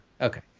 Okay